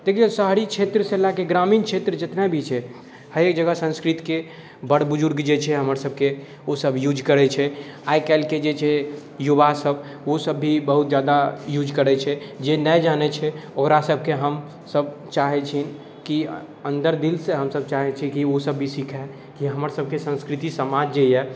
देखिऔ शहरी क्षेत्रसँ लऽ कऽ ग्रामीण क्षेत्र जतना भी छै हरेक जगह संस्कृतिके बड़ बुजर्ग जे छै हमर सबके ओसब यूज करै छै आइ काल्हिके जे छै युवा सब ओसब भी बहुत ज्यादा यूज करै छै जे नहि जानै छै ओकरासबके हम चाहै छी कि अन्दर दिलसँ हमसब चाहै छी कि ओसब भी सिखै कि हमरसबके संस्कृति समाज जे अइ